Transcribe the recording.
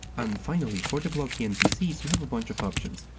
and finally, for the blocky npc you have a bunch of options.